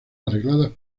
arregladas